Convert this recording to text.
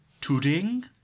Tooting